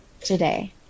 today